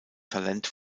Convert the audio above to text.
talent